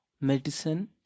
medicine